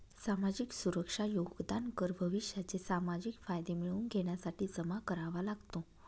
सामाजिक सुरक्षा योगदान कर भविष्याचे सामाजिक फायदे मिळवून घेण्यासाठी जमा करावा लागतो